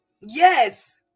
Yes